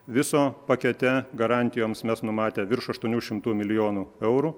viso pakete garantijoms mes numatę virš aštuonių šimtų milijonų eurų